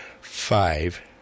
five